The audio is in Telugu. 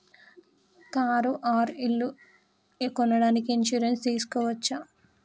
కారు ఆర్ ఇల్లు కొనడానికి ఇన్సూరెన్స్ తీస్కోవచ్చా?